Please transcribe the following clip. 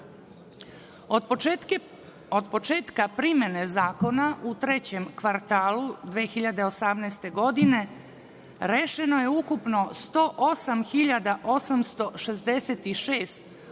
početka primene zakona, u trećem kvartalu 2018. godine, rešeno je ukupno 108.866 upravnih